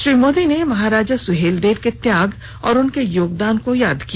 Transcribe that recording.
श्री मोदी ने महाराजा सुहेलदेव के त्याग और उनके योगदान को याद किया